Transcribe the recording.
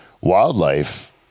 wildlife